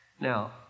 Now